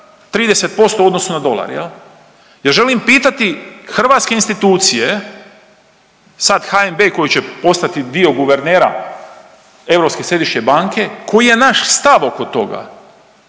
30% u odnosu na dolar. Ja želim pitati hrvatske institucije sa HNB koji će postati dio guvernera ESB-a koji je naš stav oko toga,